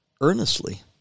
earnestly